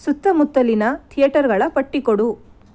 ಸುತ್ತಮುತ್ತಲಿನ ಥಿಯೇಟರ್ಗಳ ಪಟ್ಟಿ ಕೊಡು